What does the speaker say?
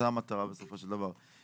זו המטרה בסופו של דבר.